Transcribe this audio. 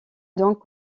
donc